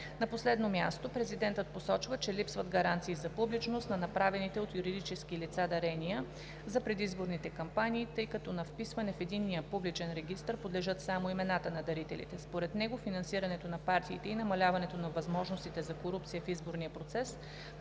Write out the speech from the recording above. На последно място президентът посочва, че липсват гаранции за публичност на направените от юридически лица дарения за предизборните кампании, тъй като на вписване в единния публичен регистър подлежат само имената на дарителите. Според него финансирането на партиите и намаляването на възможностите за корупция в изборния процес